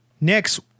Next